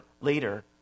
later